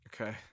okay